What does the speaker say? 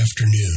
afternoon